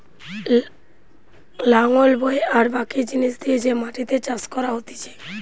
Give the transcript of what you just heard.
লাঙল বয়ে আর বাকি জিনিস দিয়ে যে মাটিতে চাষ করা হতিছে